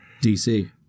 DC